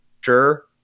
sure